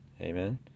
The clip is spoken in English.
Amen